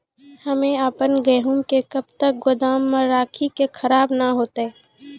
हम्मे आपन गेहूँ के कब तक गोदाम मे राखी कि खराब न हते?